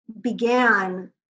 began